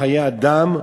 חיי אדם,